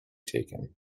taken